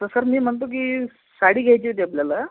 तर सर मी म्हणतो की साडी घ्यायची होती आपल्याला